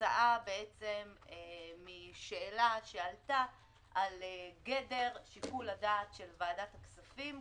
כתוצאה משאלה שעלתה על גדר שיקול הדעת של ועדת הכספים,